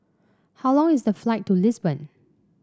how long is the flight to Lisbon